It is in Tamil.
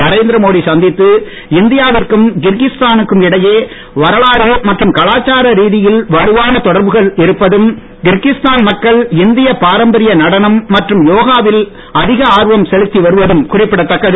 நரேந்திர மோடி சந்தித்து இந்தியா விற்கும் கிர்கிஸ்தா னுக்கும் இடையே வரலாறு மற்றும் கலாச்சார ரீதியில் வலுவான தொடர்புகள் இருப்பதும் கிர்கிஸ்தான் மக்கள் இந்திய பாரம்பரிய நடனம் மற்றும் யோகாவில் அதிக ஆர்வம் செலுத்தி வருவதும் குறிப்பிடத்தக்கது